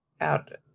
out